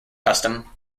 custom